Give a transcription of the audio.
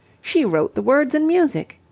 she wrote the words and music!